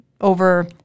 over